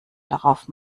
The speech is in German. darauf